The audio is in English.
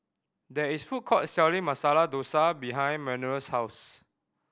there is a food court selling Masala Dosa behind Manuel's house